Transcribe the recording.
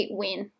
win